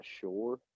sure